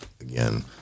Again